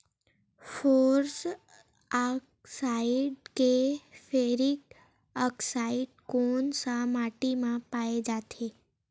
Ferrous oxide व ferric oxide कोन सा माटी म पाय जाथे?